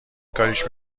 کاریش